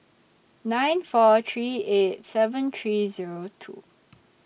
nine four three eight seven three Zero two